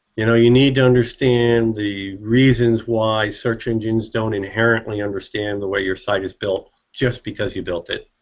you know? you need to understand the reasons why search engines don't inherently understand the way your site is built, just because you built it,